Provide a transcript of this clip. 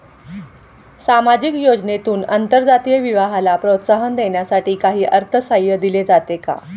सामाजिक योजनेतून आंतरजातीय विवाहाला प्रोत्साहन देण्यासाठी काही अर्थसहाय्य दिले जाते का?